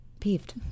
peeved